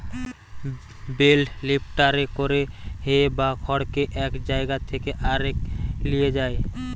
bell লিফ্টারে করে হে বা খড়কে এক জায়গা থেকে আরেক লিয়ে যায়